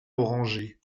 orangé